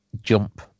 jump